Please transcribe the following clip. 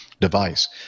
Device